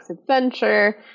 Adventure